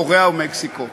קוריאה ומקסיקו.